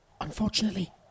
Unfortunately